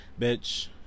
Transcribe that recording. Bitch